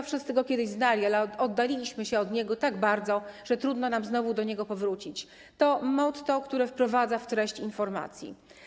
Wszyscy go kiedyś znali, ale oddaliliśmy się od niego tak bardzo, że trudno nam znowu do niego powrócić” - to motto, które wprowadza w treść informacji.